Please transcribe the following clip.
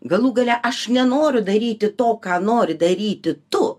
galų gale aš nenoriu daryti to ką nori daryti tu